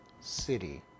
city